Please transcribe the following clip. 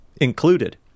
included